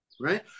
right